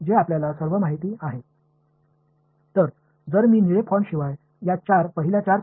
எனவே நீல எழுத்துருக்கள் இல்லாமல் இந்த நான்கு முதல் நான்கு சமன்பாடுகளைப் பார்த்தால்